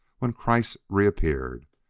when kreiss reappeared.